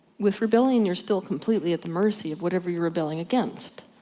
with rebellion you're still completely at the mercy of whatever you're rebelling against.